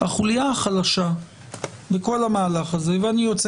החוליה החלשה בכל המהלך הזה ואני יוצא